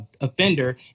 offender